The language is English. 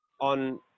on